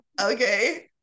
okay